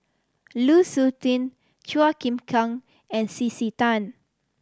Lu Suitin Chua Chim Kang and C C Tan